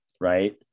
right